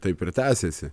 taip ir tęsiasi